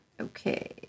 Okay